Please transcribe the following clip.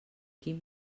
quin